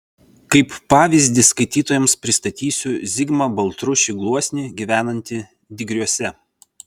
kaip pavyzdį skaitytojams pristatysiu zigmą baltrušį gluosnį gyvenantį digriuose